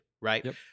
right